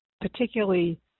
particularly